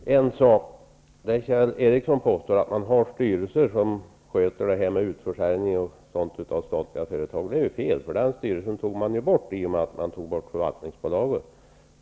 Herr talman! Det Kjell Ericsson säger om att det finns styrelser som sköter utförsäljningen av de statliga företagen är fel. Den styrelsen försvann ju i och med att man lade ner förvaltningsbolaget.